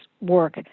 work